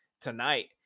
tonight